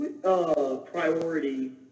priority